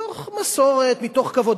מתוך מסורת, מתוך כבוד.